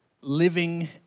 living